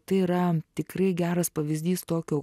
tai yra tikrai geras pavyzdys tokio